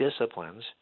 disciplines